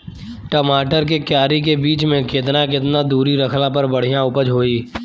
टमाटर के क्यारी के बीच मे केतना केतना दूरी रखला पर बढ़िया उपज होई?